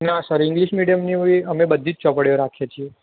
ના sir English મીડીયમની અમે બધી જ ચોપડીઓ રાખીએ છીએ